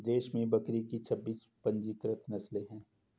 देश में बकरी की छब्बीस पंजीकृत नस्लें हैं